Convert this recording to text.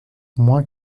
moins